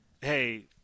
hey